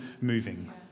moving